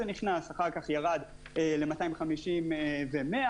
אחר כך ירד ל-250 ו-100,